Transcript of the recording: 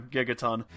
Gigaton